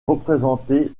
représenté